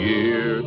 Year